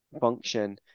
function